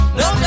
no